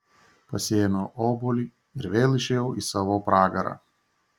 pasiėmiau obuolį ir vėl išėjau į savo pragarą